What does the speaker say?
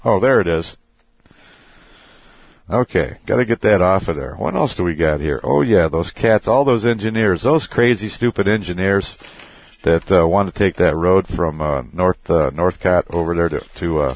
oh there it is ok gotta get that off of there what else do we got here oh yeah those cats all those engineers those crazy stupid engineers that want to take that road from north north cat over there to to